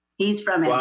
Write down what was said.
he's from yeah